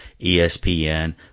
ESPN